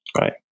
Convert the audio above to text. right